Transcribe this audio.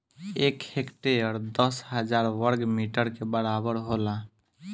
एक हेक्टेयर दस हजार वर्ग मीटर के बराबर होला